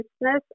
business